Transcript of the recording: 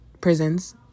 prisons